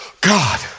God